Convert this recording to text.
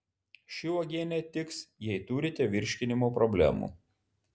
ši uogienė tiks jei turite virškinimo problemų